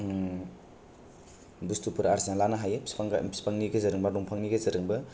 बुसथुफोर आरजिना लानो हायो बिफांनि गेजेरजों बा दंफांनि गेजेरजोंबो